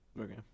Okay